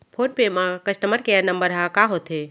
Phone पे म customer care number ह का होथे?